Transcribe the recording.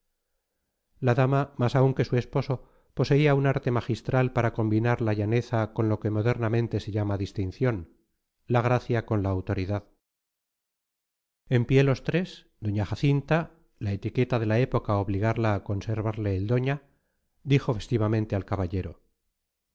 la dama más aún que su esposo poseía un arte magistral para combinar la llaneza con lo que modernamente se llama distinción la gracia con la autoridad en pie los tres doña jacinta la etiqueta de la época obliga a conservarle el doña dijo festivamente al caballero